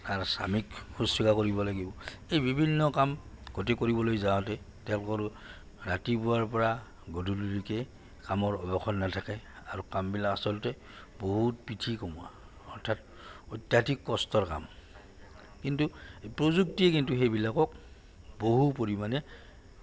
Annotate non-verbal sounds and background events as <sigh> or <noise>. স্বামীক শুশ্ৰূষা কৰিব লাগিব এই বিভিন্ন কাম <unintelligible> কৰিবলৈ যাওঁতে তেওঁলোকৰো ৰাতিপুৱাৰ পৰা গধূলিলৈকে কামৰ অৱসৰ নাথাকে আৰু কামবিলাক আচলতে বহুত পিঠি কমোৱা অৰ্থাৎ অত্যাধিক কষ্টৰ কাম কিন্তু প্ৰযুক্তিয়ে কিন্তু সেইবিলাকক বহু পৰিমাণে